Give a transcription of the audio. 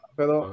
pero